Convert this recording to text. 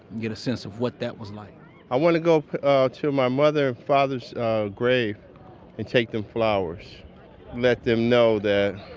get a sense of what that was like i wanna go ah to my mother and father's grave and take them flowers let them know that